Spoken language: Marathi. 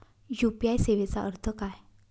यू.पी.आय सेवेचा अर्थ काय?